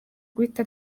guhita